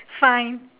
fine